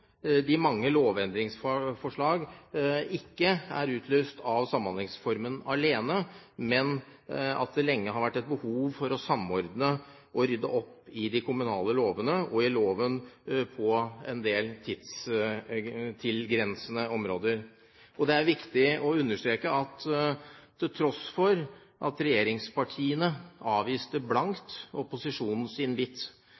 de mange lovendringsforslag ikke er utløst av Samhandlingsreformen alene, men av at det lenge har vært et behov for å samordne og rydde opp i de kommunale lovene og i lovene på en del tilgrensende områder. Og det er viktig å understreke at til tross for at regjeringspartiene avviste